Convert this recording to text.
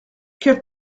quelle